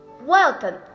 Welcome